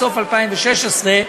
בסוף 2016,